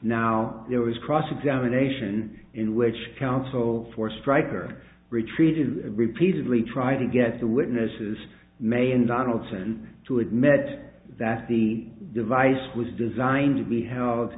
now there was cross examination in which counsel for stryker retreated repeatedly try to get the witnesses may in donaldson to admit that the device was designed to be held